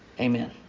Amen